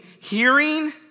hearing